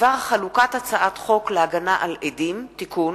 בדבר חלוקת הצעת חוק להגנה על עדים (תיקון)